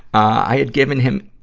i had given him,